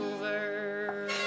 over